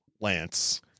Lance